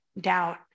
doubt